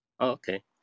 Okay